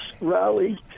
rally